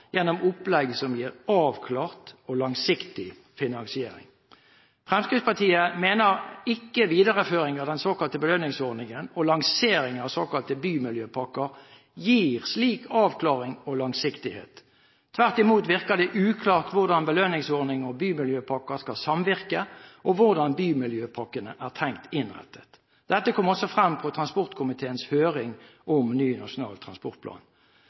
gjennom opplegg som gir avklart og langsiktig finansiering. Fremskrittspartiet mener at videreføringen av den såkalte belønningsordningen og lanseringen av såkalte bymiljøpakker ikke gir slik avklaring og langsiktighet. Tvert imot virker det uklart hvordan belønningsordningen og bymiljøpakker skal samvirke, og hvordan bymiljøpakkene er tenkt innrettet. Dette kom også frem under transportkomiteens høring om ny Nasjonal transportplan.